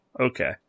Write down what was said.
okay